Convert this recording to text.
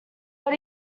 but